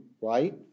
right